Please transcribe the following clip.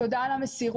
תודה על המסירות,